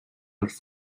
als